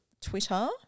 Twitter